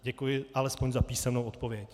Děkuji alespoň za písemnou odpověď.